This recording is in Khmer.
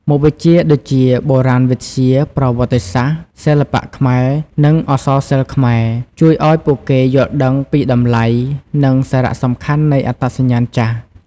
មុខវិជ្ជាដូចជា បុរាណវិទ្យា ប្រវត្តិសាស្ត្រ សិល្បៈខ្មែរ និងអក្សរសិល្ប៍ខ្មែរ ជួយឱ្យពួកគេយល់ដឹងពីតម្លៃ និងសារៈសំខាន់នៃអត្តសញ្ញាណចាស់។